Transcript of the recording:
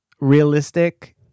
realistic